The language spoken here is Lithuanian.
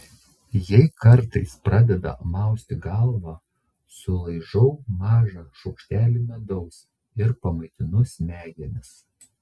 jei kartais pradeda mausti galvą sulaižau mažą šaukštelį medaus ir pamaitinu smegenis